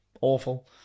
awful